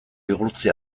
igurtzi